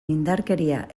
indarkeria